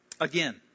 Again